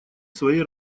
своей